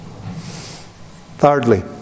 Thirdly